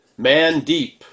Mandeep